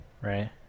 right